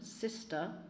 sister